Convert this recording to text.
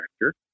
Director